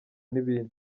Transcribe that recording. n’ibindi